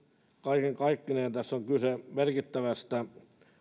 kaiken kaikkineen tässä on kyse merkittävästä